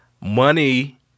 Money